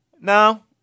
No